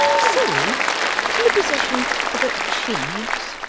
sorry in the possession of a cheggs!